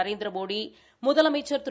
நரேந்திரமோடி முதலமைச்சா் திரு